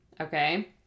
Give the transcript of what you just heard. okay